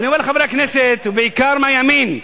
אני אומר לחברי הכנסת, בעיקר מהימין,